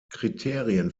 kriterien